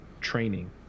training